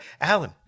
Alan